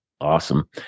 Awesome